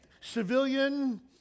Civilian